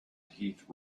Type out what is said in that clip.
heath